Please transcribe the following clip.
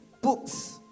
books